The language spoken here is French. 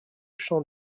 chant